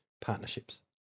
partnerships